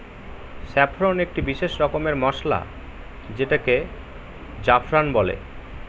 saffron একটি বিশেষ রকমের মসলা যেটাকে জাফরান বলে